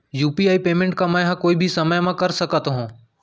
UPI payment का मैं ह कोई भी समय म कर सकत हो?